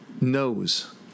knows